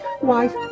wife